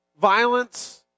violence